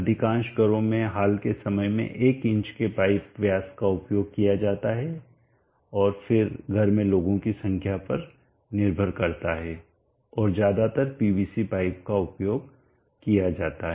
अधिकांश घरों में हाल के समय में 1 इंच के पाइप व्यास का उपयोग किया जाता है और फिर घर में लोगों की संख्या पर निर्भर करता है और ज्यादातर पीवीसी पाइप का उपयोग किया जाता है